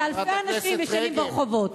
ואלפי אנשים ישנים ברחובות.